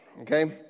okay